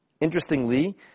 Interestingly